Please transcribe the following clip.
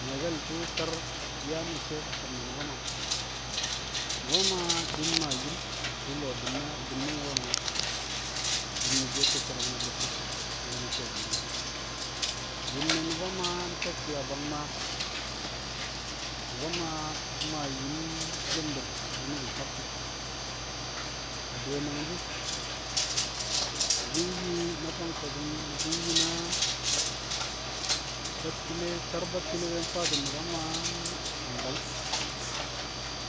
Nyu̱wo̱ke̱l tu̱u̱ kar nyaa me̱cce̱ kam ne̱ Nu̱ba Maa. Nu̱ba Maa di̱ maa yim a kuu- lo̱o̱ bi̱nnaar bi̱nnu̱ng ko̱, mmaa yim ne̱ shiye ke̱kke̱de̱k na bu̱tti̱n, mangke̱ na ke̱e̱shi̱ li̱i̱r. Yim ne Nu̱ba Maa ntacci̱ a bang Maa, Nu̱ba Maa mmaa yim li̱mbi̱r na ni̱bi̱ karci̱b. Adure nangshi̱ ni̱bi̱ nyi na fang ko̱su̱ng ni̱bi̱ na battile, kar battile be̱e̱ mfaati̱n Nu̱ba Maa a mbang.